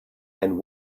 and